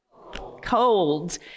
cold